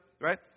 Right